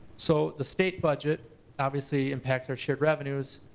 so the state budget obviously impacts our shared revenues.